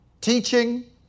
teaching